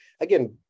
again